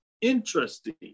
interesting